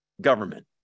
government